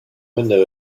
window